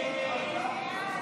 הסתייגות